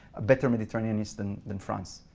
a better mediterraneanist than than france,